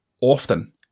often